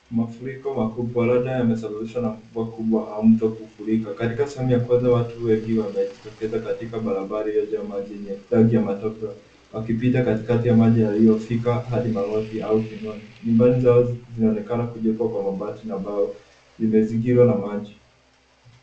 Mafuriko makubwa labda yamesababishwa na mvua kubwa au mto kufurika. Katika sehemu ya kwanza, watu wengi wamejitokeza katika barabara iliyojaa maji yenye rangi ya matope wakipita katikati ya maji yaliyofika hadi magoti au kiunoni. Nyumbani zao zinaonekana kujengwa kwa mabati na mbao zimezingirwa na maji.